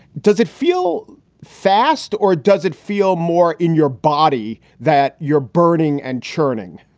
does it feel fast or does it feel more in your body that you're burning and churning?